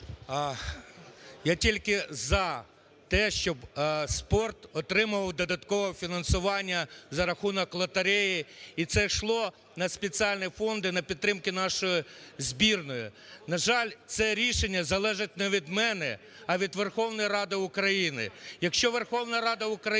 Я тільки за те, щоб спорт отримував додаткове фінансування за рахунок лотереї і це йшло на спеціальний фонд і на підтримку нашої збірної. На жаль, це рішення залежить не від мене, а від Верховної Ради України. Якщо Верховна Рада України